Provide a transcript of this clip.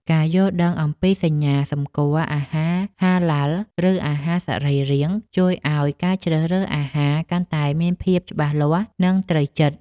ការយល់ដឹងអំពីសញ្ញាសម្គាល់អាហារហាឡាលឬអាហារសរីរាង្គ ជួយឱ្យការជ្រើសរើសអាហារកាន់តែមានភាពច្បាស់លាស់និងត្រូវចិត្ត។